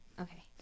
Okay